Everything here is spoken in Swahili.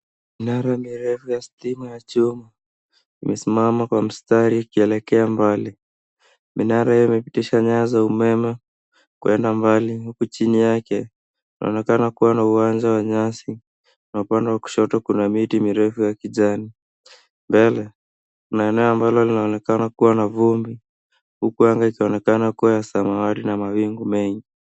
Minara mirefu ya stima ya chuma imesimama kwa mstari ikielekea mbali. Minara hiyo imepitisha nyaya za umeme kwenda mbali huku chini yake inaonekana kuwa na uwanja wa nyasi na upande wa kushoto kuna miti mirefu ya kijani. Mbele kuna eneo ambalo linaonekana kuwa na vumbi huku anga ikionekana kuwa ya samawati na mawingu mengi.